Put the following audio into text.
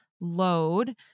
load